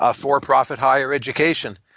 ah for-profit higher education,